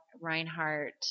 Reinhardt